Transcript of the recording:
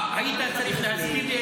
היית צריך להזכיר לי,